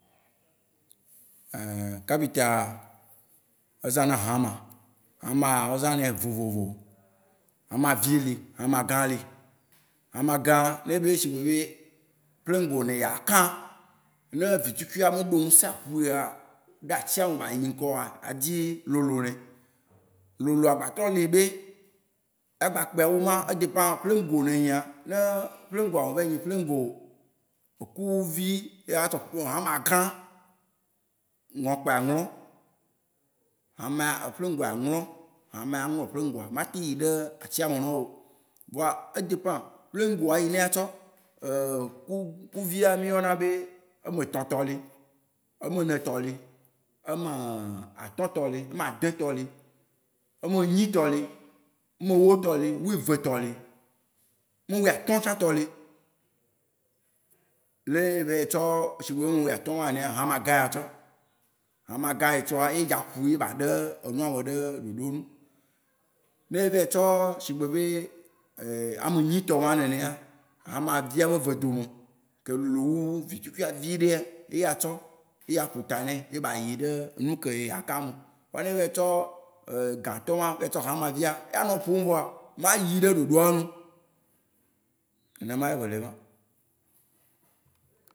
kapitaa ezã na hãma. Hãmaa, wó zã nae vovovo. Hãma vi li, hãma gã li. Hãma gãa, ne enyi be shigbe be plingo yina eya kã, ne vitukuia me ɖo nusẽ apui ɖe atsia me baayi ŋkɔ oa, adzi lolo ɖe. Loloa gba trɔ li be agba kpe awu ema. E dépend plingo yine enyia. Ne plingo me vayi nyi plingo ku vi ye atsɔ hãma gã, ŋlɔ̃ pkoe aŋlɔ̃. Hãma ya- plingoa aŋlɔ̃. Hãma ya aŋlɔ̃ plingoa. Mate yi ɖe atsia me ne wò o. Vɔa e dépend plingoa yi mía tsɔ. ku via, mí yɔna be- ame etɔ tɔ li, ame ene tɔ li, ame atɔ tɔ li, ame ade tɔ li, ame enyi tɔ li, ame ewo tɔ li, wuive tɔ li, ame wui atɔ̃ tsã tɔ li. Ne evayi tsɔ shigbe ame wui atɔ̃ ma enea, hãma gã ye atsɔ. Hãma gã yi etsɔa, eye dza pui ne ba ɖe enua me ɖe ɖoɖo nu. Ne evayi tsɔ shigbe be ame enyi tɔ ma nenea, hãma via be eve dome, ke lolo wu vitukuia viɖea, ye atsɔ. Ye aƒo ta nɛ. Ye ba yi ɖe nuke eya kãa me. Vɔa ne evayi tsɔ gã tɔ ma, vayi tsɔ hãma via, eya nɔ ƒom voa, mayi ɖe ɖoɖoa nu oo. Nenema ye bele ye ma.